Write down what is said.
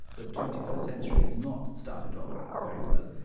the twenty first century has not started off very well.